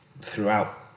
throughout